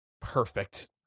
perfect